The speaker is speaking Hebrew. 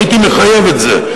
הייתי מחייב את זה.